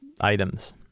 items